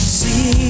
see